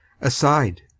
Aside